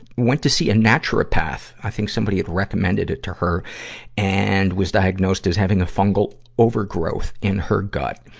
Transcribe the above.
went to see a naturopath i think some somebody had recommended it to her and was diagnosed as having a fungal overgrowth in her gut.